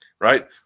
right